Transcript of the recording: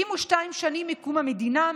72 שנים מקום המדינה,